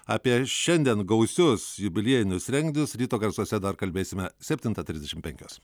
apie šiandien gausius jubiliejinius renginius ryto garsuose dar kalbėsime septintą trisdešim penkios